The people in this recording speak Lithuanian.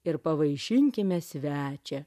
ir pavaišinkime svečią